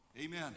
Amen